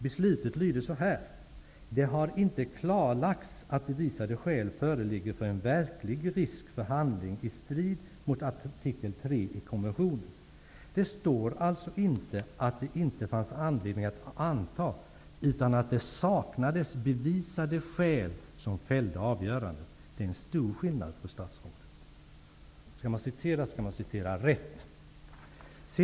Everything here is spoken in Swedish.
Beslutet lyder så här: Det har inte klarlagts att bevisade skäl föreligger för en verklig risk för handling i strid mot artikel 3 i konventionen. Det står alltså inte att det inte fanns anledning att anta, utan att det saknades bevisade skäl som fällde avgörandet. Det är en stor skillnad, fru statsråd. Om man skall citera, skall man citera rätt.